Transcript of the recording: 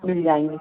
मिल जाएँगे